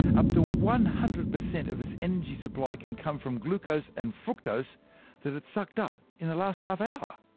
up to one hundred per cent of its energy supply can come from glucose and fructose that it sucked up in the last half hour.